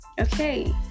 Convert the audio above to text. Okay